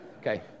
Okay